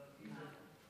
תודה,